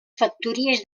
factories